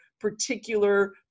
particular